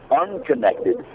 unconnected